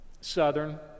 Southern